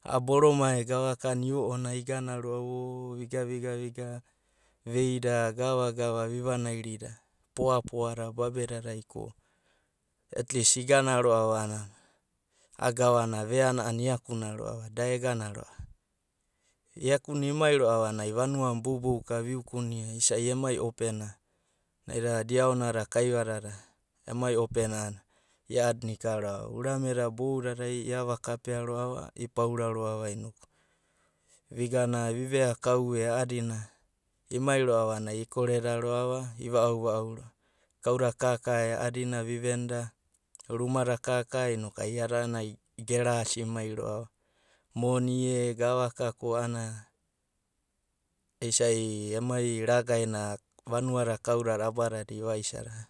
A'a boroma e gavaka a'ana io'onanai iganaro'ava o vigai viga viga veida gavagava vivanairida vigana popapoada babedadau ko etlis igana ro'ava a'ana a'a gavana veana a'ana iakuna ro'ava da egana ro'ava. Iakuna imai ro'ava a'anai vanua boubouka viukunia isa'i emai opena naida diaonada kaivadada emai opena a'anai a'adina ikaro'ava. Urameda boudadai iava kapea ro'ava ipaura e ro'ava inoku vigana viveakau e a'adina imai ro'ava a'anai ikoreda ro'ava iva'au va'au ro'ava kauda kaka e a'adina vivenda rumada kaka inokai ia'da a'anai gerasimai ro'ava. Moni e gavaka ko a'ana isa'i emai ragae na vanuada kaudada abadadai iva isada ro'a.